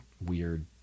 weird